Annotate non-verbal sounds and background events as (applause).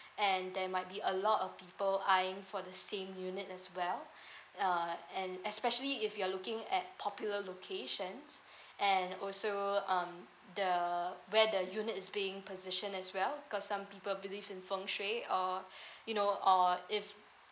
and there might be a lot of people eyeing for the same unit as well (breath) uh and especially if you are looking at popular locations (breath) and also um the where the unit is being position as well cause some people believe in fengshui or (breath) you know or if